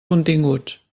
continguts